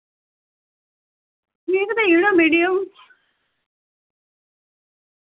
ठीक देई ओड़ो मेडियम